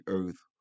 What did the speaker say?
earth